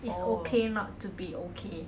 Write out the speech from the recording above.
it's okay not to be okay